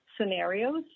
scenarios